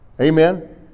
Amen